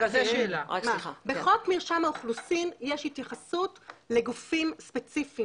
בחוק מרשם האוכלוסין יש התייחסות לגופים ספציפיים